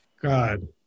God